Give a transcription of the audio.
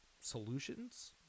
solutions